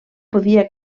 podia